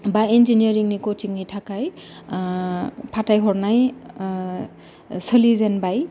बा इन्जिनियारिंनि कसिंनि थाखाय फाथायहरनाय सोलिजेनबाय